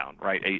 right